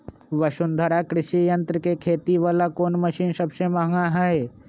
वसुंधरा कृषि यंत्र के खेती वाला कोन मशीन सबसे महंगा हई?